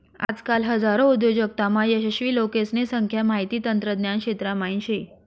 आजकाल हजारो उद्योजकतामा यशस्वी लोकेसने संख्या माहिती तंत्रज्ञान क्षेत्रा म्हाईन शे